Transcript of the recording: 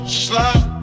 slide